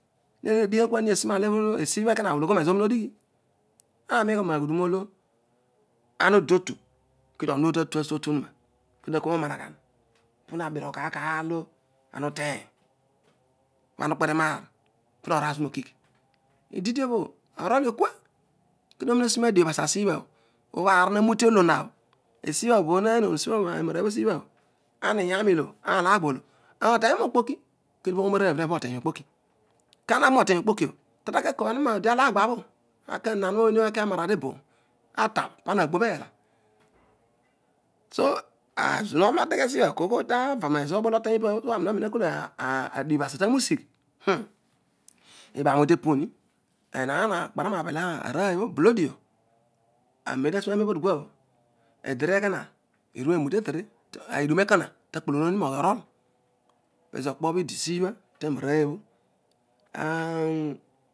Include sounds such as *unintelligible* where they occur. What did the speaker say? Nedighi kua esi na lekel olo esibha bho ekoina ulogho mio nezo aninoodighi aana amgha naghudon olo ana oditotu kedio onon ooy tatuasi totuo na kedio nu nanaghan puha burugh kaar aar olo ana ueteny. ibha na ukpetenaar puno ragh zina okigh ididiobho iroliokua kuno si na diabh asia si bhabho bhaar olo hanute olobho *unintelligible* enararooy esi bho bho ana iyara ilo ana otenyio nokpoki kedio oonarooy nova noteny okpoki kara nava noteny okpoko bho kantaki akoami media lagba bho akianon nani ooy akia mara teboony atabh pana nagho neel so ezo aani tava nezo obol oteny bapa pa ani wani nakool adiabh asia taghisigh ibaghano bho tepu ni anen olo ta ima nen opodikiiabho ediarooy ekuno erue enute tetere edun ekoma tagbunu nei noghi orol pezo okpobho idisiibha temara rooy obho tah nh